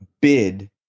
bid